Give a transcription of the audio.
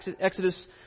Exodus